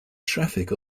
traffic